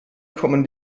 kommen